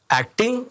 acting